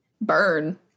burn